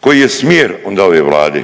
koji je smjer onda ove Vlade?